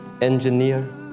engineer